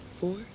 four